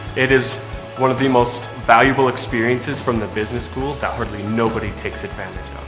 it is one of the most valuable experiences from the business school that hardly nobody takes advantage